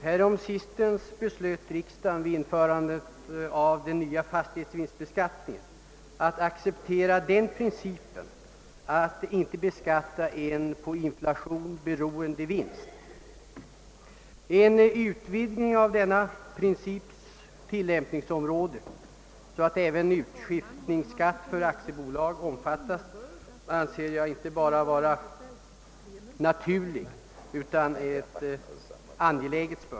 Herr talman! Riksdagen har vid införande av den nya fastighetsvinstbeskattningen accepterat principen att inte beskatta en på inflation beroende vinst. En utvidgning av denna princips tillämpningsområde så att även utskiftningsskatt för aktiebolag omfattas anser jag vara inte bara naturlig utan även angelägen.